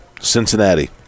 Cincinnati